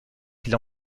qu’il